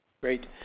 Great